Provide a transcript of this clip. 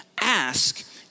Ask